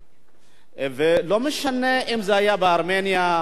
ולא משנה אם זה היה בארמניה או באפריקה.